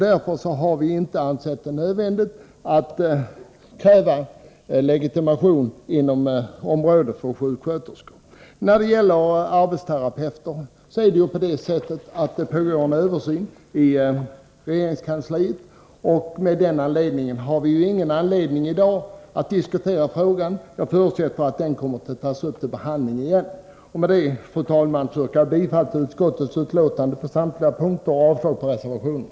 Därför har vi inte ansett det nödvändigt att kräva legitimation inom sjuksköterskeområdet. Vad gäller arbetsterapeuter vill jag framhålla att det pågår en översyn inom regeringskansliet och att vi mot den bakgrunden f.n. inte har någon anledning att diskutera frågan. Jag förutsätter att den kommer att tas upp till behandling igen. Med detta, fru talman, yrkar jag bifall till utskottets hemställan på samtliga punkter och avslag på reservationerna.